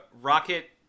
rocket